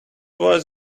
was